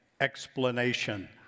explanation